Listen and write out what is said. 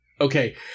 okay